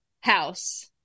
House